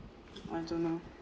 I don't know